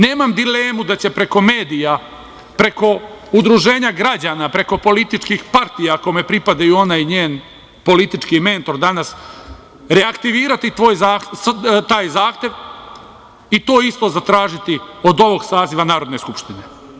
Nemam dilemu da će preko medija, preko udruženja građana, preko političkih partija, kome pripadaju ona i njen politički mentor danas reaktivirati taj zahtev i to isto zatražiti od ovog saziva Narodne skupštine.